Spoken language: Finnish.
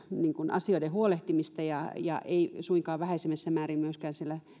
asioiden huolehtimista eikä suinkaan vähäisemmässä määrin siellä